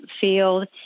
field